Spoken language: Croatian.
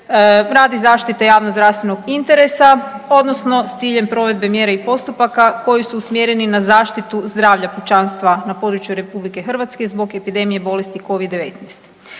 radi zaštite javnozdravstvenog interesa odnosno s ciljem provedbe mjera i postupaka koji su usmjereni na zaštitu zdravlja pučanstva na području RH zbog epidemije bolesti Covid-19.